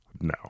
No